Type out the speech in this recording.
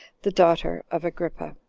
the daughter of agrippa.